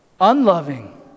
unloving